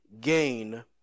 gain